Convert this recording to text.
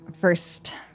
first